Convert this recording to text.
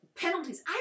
Penalties